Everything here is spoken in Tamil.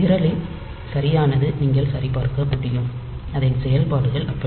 நிரலின் சரியானதும் நீங்கள் சரிபார்க்க முடியும் அதன் செயல்பாடுகள் அப்படி